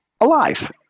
alive